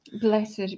Blessed